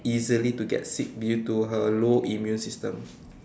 easily to get sick due to her low immune system